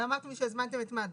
אמרתם לי שהזמנת את מד"א,